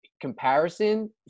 comparison